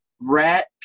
rat